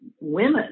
women